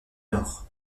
nord